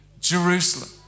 Jerusalem